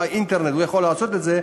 באינטרנט הוא יכול לעשות את זה,